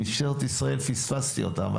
משטרת ישראל פספסתי אותם.